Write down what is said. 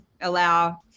allow